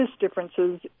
differences